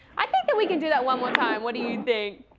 i think that we can do that one more time. what do you think?